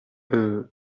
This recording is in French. euh